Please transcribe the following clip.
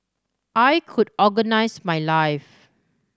I could organise my life